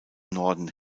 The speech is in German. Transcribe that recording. norden